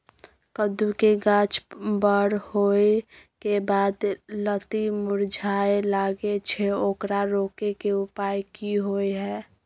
कद्दू के गाछ बर होय के बाद लत्ती मुरझाय लागे छै ओकरा रोके के उपाय कि होय है?